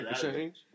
change